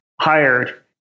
hired